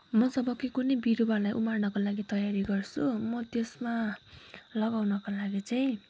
म जब कि कुनै बिरुवालाई उमार्नको लागि तयारी गर्छु म त्यसमा लगाउनको लागि चाहिँ